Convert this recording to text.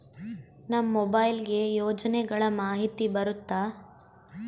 ನಮ್ ಮೊಬೈಲ್ ಗೆ ಯೋಜನೆ ಗಳಮಾಹಿತಿ ಬರುತ್ತ?